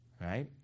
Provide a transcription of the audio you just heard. right